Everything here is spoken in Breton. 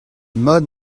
mat